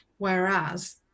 Whereas